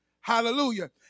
Hallelujah